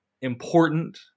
Important